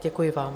Děkuji vám.